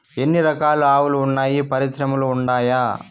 ఎన్ని రకాలు ఆవులు వున్నాయి పరిశ్రమలు ఉండాయా?